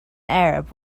arab